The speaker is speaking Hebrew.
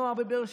נוער בבאר שבע,